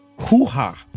hoo-ha